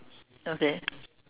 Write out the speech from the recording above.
okay